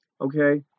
okay